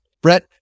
Brett